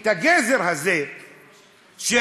את הגזר הזה שהאזרח,